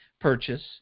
purchase